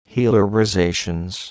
Healerizations